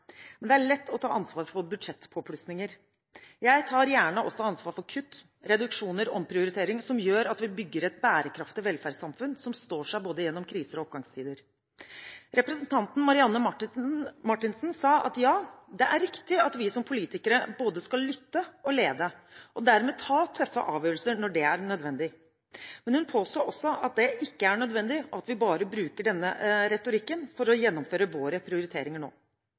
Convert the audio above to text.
Men det er lett å ta ansvar for budsjettpåplussinger. Jeg tar gjerne også ansvar for kutt, reduksjoner og omprioriteringer som gjør at vi bygger et bærekraftig velferdssamfunn som står seg gjennom både kriser og oppgangstider. Representanten Marianne Marthinsen sa at ja, det er riktig at vi som politikere både skal lytte og lede, og dermed ta tøffe avgjørelser når det er nødvendig. Men hun påsto også at det ikke er nødvendig nå, og at vi bare bruker denne retorikken for å gjennomføre våre prioriteringer.